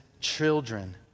children